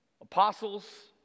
apostles